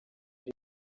ari